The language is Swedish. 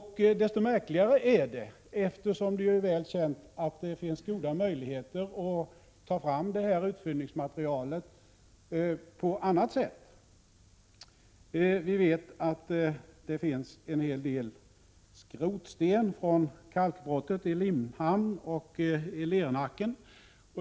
Desto märkligare är det eftersom det är väl känt att det finns goda möjligheter att ta fram utfyllnadsmaterial på annat sätt. Vi vet att det finns en hel del skrotsten från kalkbrottet i Limhamn och i Lernacken.